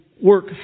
Work